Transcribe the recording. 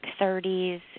30s